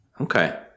Okay